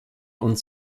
und